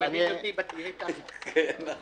--- בואו